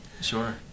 Sure